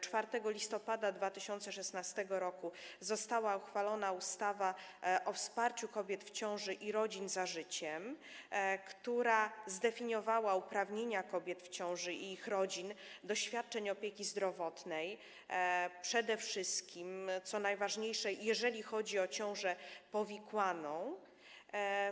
4 listopada 2016 r. została uchwalona ustawa o wsparciu kobiet w ciąży i rodzin „Za życiem”, która zdefiniowała uprawnienia kobiet w ciąży i ich rodzin do świadczeń opieki zdrowotnej, przede wszystkim, co najważniejsze, jeżeli chodzi o ciążę powikłaną.